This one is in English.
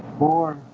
four